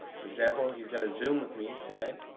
for example, he's going to zoom with me tonight.